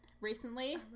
recently